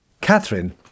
Catherine